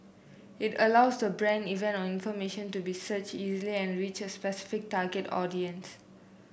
it allows the brand event or information to be searched easily and reach a specific target audience